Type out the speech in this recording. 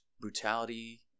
brutality